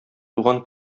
туган